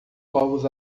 povos